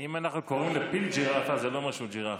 אם אנחנו קוראים לפיל ג'ירפה זה לא אומר שהוא ג'ירפה.